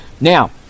Now